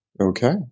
Okay